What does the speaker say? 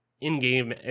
in-game